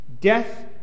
Death